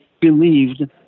believed